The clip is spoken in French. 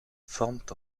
forment